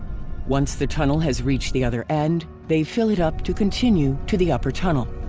once the tunnel has reached the other end, they fill it up to continue to the upper tunnel.